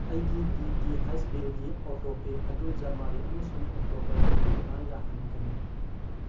ꯑꯩꯒꯤ D T H ꯕꯤꯜꯒꯤ auto pay ꯑꯗꯨ ꯖꯅꯋꯥꯔꯤ ꯑꯃꯁꯨꯡ ꯑꯣꯛꯇꯣꯕꯔꯒꯤ ꯑꯣꯏꯅ ꯌꯥꯍꯟꯒꯅꯨ